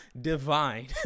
divine